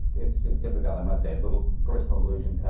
it's it's difficult, i must say, a little personal allusion,